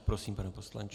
Prosím, pane poslanče.